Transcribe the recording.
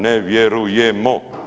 Ne vjerujemo!